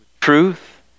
truth